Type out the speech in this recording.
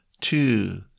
two